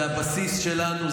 זה הבסיס שלנו,